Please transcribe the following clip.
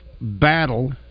battle